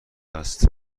است